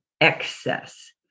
excess